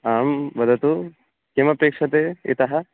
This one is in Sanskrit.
आं वदतु किम् अपेक्ष्यते इतः